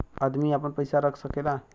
अदमी आपन पइसा रख सकेला